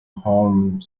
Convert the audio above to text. home